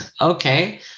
Okay